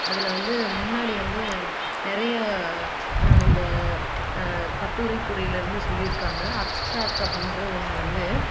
அதில் வந்து முன்னாடி வந்து நிறைய இந்த கட்டுரை துறையிலேருந்து சொல்லியிருக்காங்க அப்ஸ்ட்ராக் அப்படின்ற ஒன்று வந்து